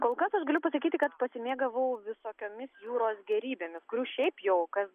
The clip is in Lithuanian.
kol kas aš galiu pasakyti kad pasimėgavau visokiomis jūros gėrybėmis kurių šiaip jau kas